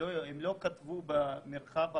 הם לא כתבו במרחב הפתוח.